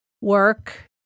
work